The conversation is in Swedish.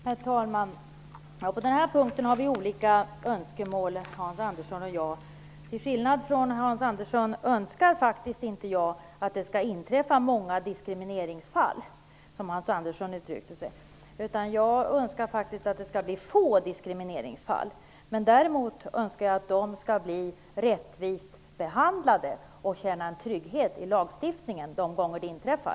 Herr talman! På den här punkten har vi olika önskemål, Hans Andersson och jag. Till skillnad från Hans Andersson önskar faktiskt inte jag att det skall inträffa många diskrimineringsfall, som Hans Andersson uttryckte sig, utan jag önskar att det skall bli få diskrimineringsfall. Däremot önskar jag att de skall bli rättsligt behandlade och att invandrarna skall känna en trygghet i lagstiftningen de gånger sådana fall inträffar.